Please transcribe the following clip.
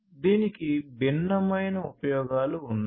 దీనికి భిన్నమైన ఉపయోగాలు ఉన్నాయి